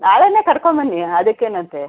ನಾಳೆನೇ ಕರ್ಕೊಂಡ್ಬನ್ನಿ ಅದಕ್ಕೇನಂತೆ